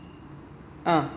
ah